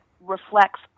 reflects